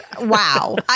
Wow